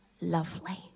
lovely